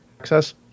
access